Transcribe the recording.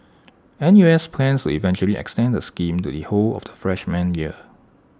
N U S plans to eventually extend the scheme to the whole of the freshman year